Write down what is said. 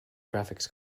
graphics